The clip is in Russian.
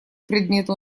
предмету